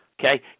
Okay